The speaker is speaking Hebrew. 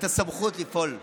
את הסמכות לפעול מכוחם.